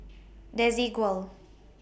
Desigual